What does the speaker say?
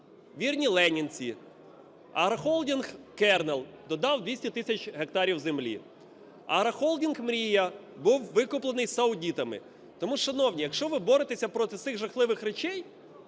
вірні ленінці, агрохолдинг "Кернел" додав 200 тисяч гектарів землі. Агрохолдинг "Мрія" був викуплений саудитами. Тому, шановні, якщо ви боретеся проти цих жахливих речей,